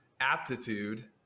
aptitude